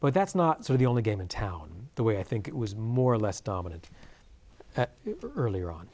but that's not so the only game in town the way i think it was more or less dominant earlier on